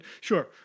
Sure